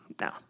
No